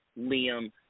Liam